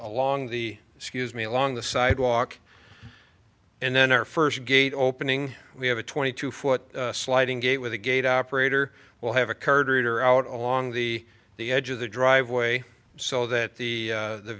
along the excuse me along the sidewalk and then our first gate opening we have a twenty two foot sliding gate with a gate operator will have a card reader out along the edge of the driveway so that the